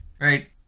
right